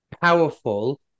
powerful